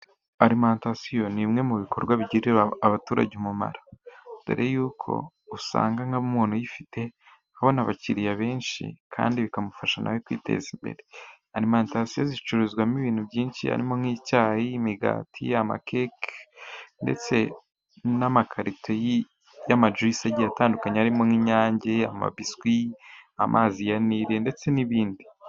Alimantasiyo ni imwe mu bikorwa bigirira abaturage umumaro. Mbere y'uko usanga nk'umuntu uyifite abona abakiriya benshi, kandi bikamufasha na we kwiteza imbere. Alimantasiyo icururizwamo ibintu byinshi. Harimo nk'icyayi, imigati, amakeke ndetse n'amakarito y'amajuyisi atandukanye arimo nk'Inyange, amabiswi, amazi ya Nili ndetse n'ibindi.